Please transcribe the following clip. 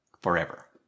forever